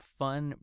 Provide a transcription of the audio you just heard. fun